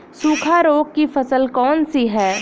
सूखा रोग की फसल कौन सी है?